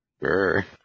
Sure